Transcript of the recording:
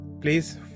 Please